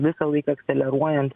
visąlaik akceleruojant